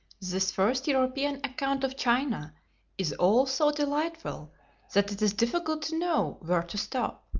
this first european account of china is all so delightful that it is difficult to know where to stop.